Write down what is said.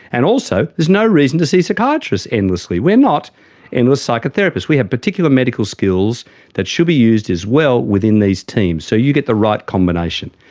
and also there's no reason to see a psychiatrist endlessly. we are not endless psychotherapists. we have particular medical skills that should be used as well within these teams so you get the right combination.